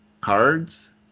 cards